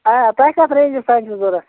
آ تۄہہِ کَتھ رینجس تانۍ چھُو ضروٗرت